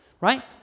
right